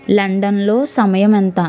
లండన్లో సమయం ఎంత